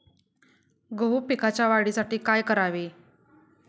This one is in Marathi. गहू पिकाच्या वाढीसाठी काय करावे?